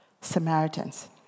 Samaritans